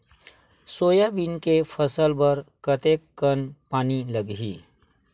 Soybean के फसल बर कतेक कन पानी लगही?